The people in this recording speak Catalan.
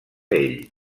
ell